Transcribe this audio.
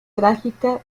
trágica